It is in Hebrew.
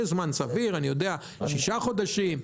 יש זמן סביר שישה חודשים,